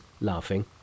laughing